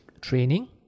training